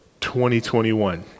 2021